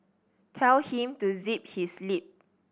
tell him to zip his lip